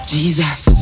Jesus